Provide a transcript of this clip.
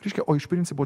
reiškia o iš principo